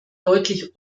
deutlich